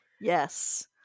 yes